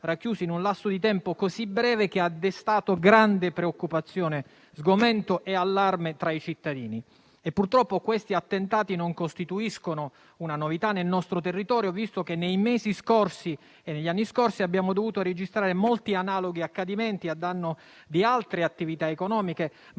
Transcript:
racchiuse in un lasso di tempo così breve, ha destato grande preoccupazione, sgomento e allarme tra i cittadini, e purtroppo questi attentati non costituiscono una novità nel nostro territorio, visto che nei mesi e negli anni scorsi abbiamo dovuto registrare molti accadimenti analoghi a danno di altre attività economiche,